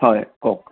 হয় কওক